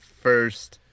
first